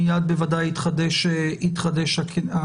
מייד בוודאי יתחדש הקשר.